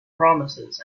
promises